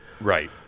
Right